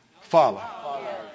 Follow